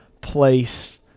place